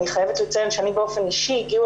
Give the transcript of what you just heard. אני חייבת לציין שאליי באופן אישי הגיעו